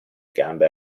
gambe